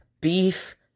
beef